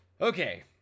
Okay